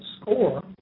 SCORE